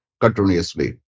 continuously